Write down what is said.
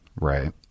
right